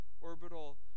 orbital